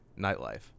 nightlife